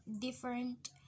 different